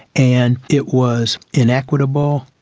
and it was inequitable,